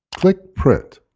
click print.